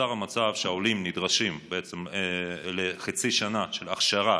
נוצר מצב שהעולים נדרשים לחצי שנה של אכשרה